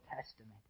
Testament